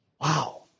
Wow